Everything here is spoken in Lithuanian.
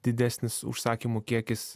didesnis užsakymų kiekis